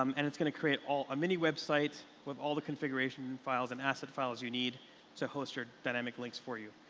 um and it's going to create a mini website with all the configuration and files and asset files you need to host your dynamic links for you.